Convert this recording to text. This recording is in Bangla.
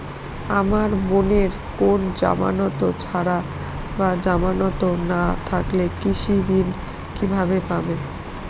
আমার বোনের কোন জামানত ছাড়া বা জামানত না থাকলে কৃষি ঋণ কিভাবে পাবে?